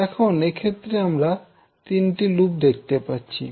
এখন এক্ষেত্রে আমরা তিনটি লুপ দেখতে পাচ্ছি